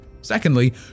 Secondly